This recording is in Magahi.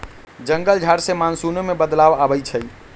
जंगल झार से मानसूनो में बदलाव आबई छई